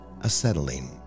Acetylene